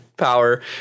power